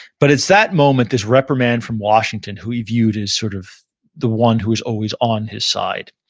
but it's that moment, this reprimand from washington, who he viewed as sort of the one who was always on his side,